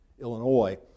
Illinois